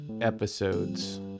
episodes